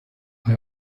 neu